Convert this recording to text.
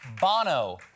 Bono